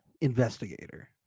investigator